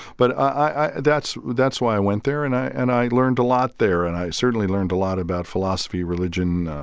but i that's that's why i went there, and i and i learned a lot there. and i certainly learned a lot about philosophy, religion,